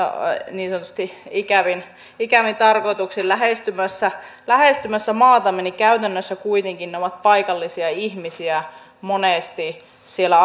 niin sanotusti ikävin ikävin tarkoituksin lähestymässä lähestymässä maatamme niin käytännössä kuitenkin ne ovat monesti paikallisia ihmisiä siellä